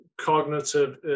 cognitive